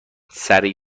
سریع